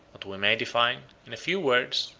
but we may define, in a few words,